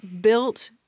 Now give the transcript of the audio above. built